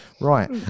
Right